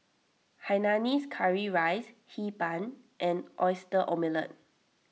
Hainanese Curry Rice Hee Pan and Oyster Omelette